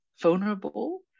vulnerable